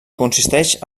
consisteix